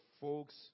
folks